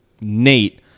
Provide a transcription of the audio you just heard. Nate